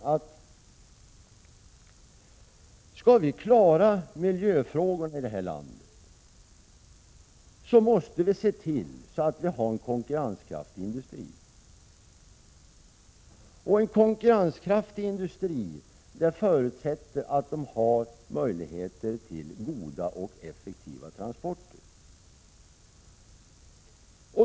Skall vi klara miljöfrågorna i detta land, Viola Claesson, måste vi se till att vi har konkurrenskraftig industri. Och om en industri skall vara konkurrenskraftig förutsätter det att den har tillgång till goda och effektiva transporter.